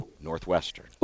Northwestern